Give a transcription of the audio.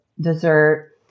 dessert